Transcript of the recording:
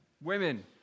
Women